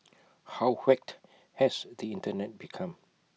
how whacked has the Internet become